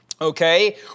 Okay